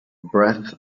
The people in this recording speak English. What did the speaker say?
breath